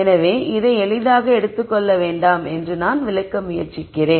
எனவே இதை எளிதாக எடுத்துக் கொள்ள வேண்டாம் என்று நான் விளக்க முயற்சிக்கிறேன்